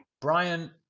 Brian